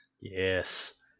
Yes